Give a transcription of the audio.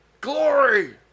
Glory